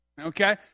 okay